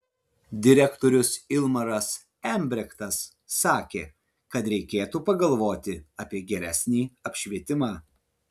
direktorius ilmaras embrektas sakė kad reikėtų pagalvoti apie geresnį apšvietimą